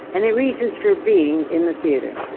and their reasons for being in the theatre.